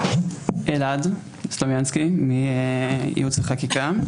אלעד סלומינסקי, ייעוץ וחקיקה.